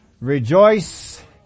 Rejoice